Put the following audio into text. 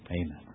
Amen